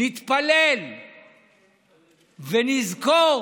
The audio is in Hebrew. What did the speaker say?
נתפלל ונזכור